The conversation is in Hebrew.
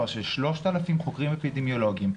של 3,000 חוקרים אפידמיולוגיים,